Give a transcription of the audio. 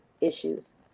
issues